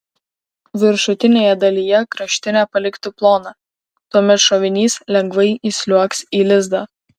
viršutinėje dalyje kraštinę palikti ploną tuomet šovinys lengvai įsliuogs į lizdą